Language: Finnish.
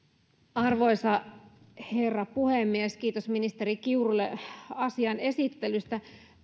arvoisa herra puhemies kiitos ministeri kiurulle asian esittelystä